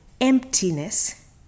emptiness